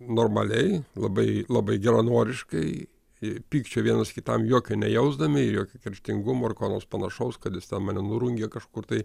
normaliai labai labai geranoriškai ir pykčio vienas kitam jokio nejausdami ir jokio kerštingumo ar ko nors panašaus kad jis ten mane nurungė kažkur tai